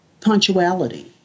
punctuality